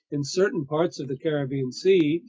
in certain parts of the caribbean sea,